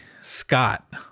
Scott